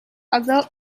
other